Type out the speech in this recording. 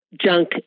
junk